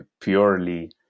purely